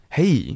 Hey